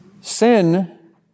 Sin